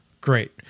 great